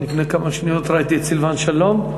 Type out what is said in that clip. לפני כמה שניות ראיתי את סילבן שלום.